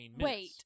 Wait